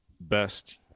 best